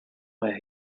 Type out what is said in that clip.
where